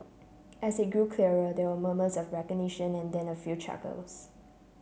as it grew clearer there were murmurs of recognition and then a few chuckles